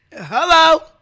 Hello